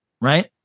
Right